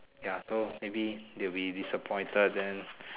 ya so maybe they will be disappointed then